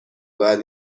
باید